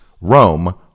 Rome